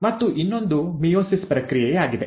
ಮತ್ತು ಇನ್ನೊಂದು ಮಿಯೋಸಿಸ್ ಪ್ರಕ್ರಿಯೆಯಾಗಿದೆ